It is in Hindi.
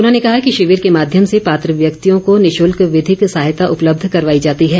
उन्होंने कहा कि शिविर के माध्यम से पात्र व्यक्तियों को निशुल्क विधिक सहायता उपलब्ध करवाई जाती है